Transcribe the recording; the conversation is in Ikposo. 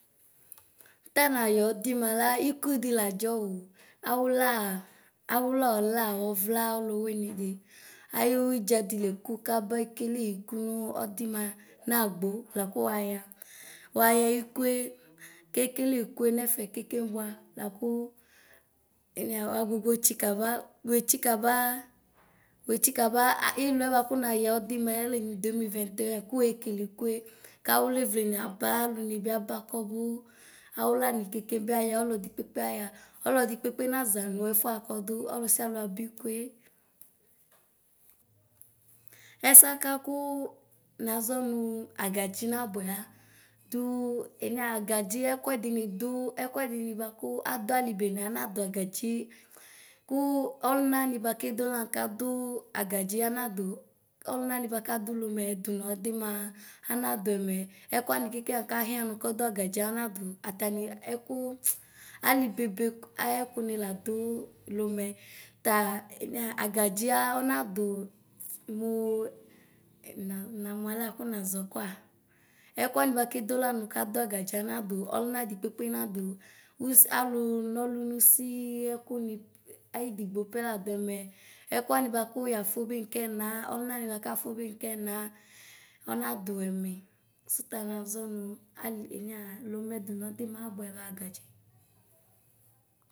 Tanayɔdima la ikudiladʒɔwu. Aulaa – awulaɔla ɔvla ɔluwinidi ayuwidʒɔ dileku kabekeliku nu ɔdima nagbk laku wuaya. Wayikue kekelikue nɛfɛ kekebua laku ɛnia wuagbugbɔ tsikabaa, wuetsikaba, wuetsikabaa ailuɛ buaku nayɔdimɛ lenyi demilvɛteɛ kuwekelikue kawulevle niapaa aluni bapa kɔbu. Awulani kekebiaya, ɔlɔdikpe kpe aya; ɔlɔdikpekpe naʒa mɛfuɛakɔdu ɔlusialu abikue. Ɛsɛaka ku naʒɔ nuu agadzu nabuɛ a duu enia agadzi ɛkuɛdini du ɛkuɛdini bua ku aduali bene nadyagaɖzi, ku ɔlanani bakedila nkaduu agadzu anadu. Ɔlunani bakadu lomɛ du nɔdima anaduɛmɛ. Ɛkuani kekeŋakahia nu kɔduagadzj andadu. Atani ɛku muu nanamualɛ kunaʒɔ koa. Ɛkuani bakedola nu kaduagadʒi anadu. Ɔlunadi kpekpe nafu. Uss aluu nɔlu nussii ɛkuni ayidigbopɛ laduɛmɛ. Ɛkuani buamu yafubu nkɛna, ɔlunani bakafubi nkɛna ɔnadusɛmɛ suta naʒɔnu alu enia lomɛ du nɔdima abuɛbagatu.